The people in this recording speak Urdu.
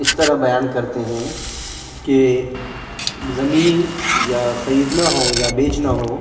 اس طرح بیان کرتے ہیں کہ زمین یا خریدنا ہو یا بیچنا ہو